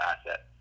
asset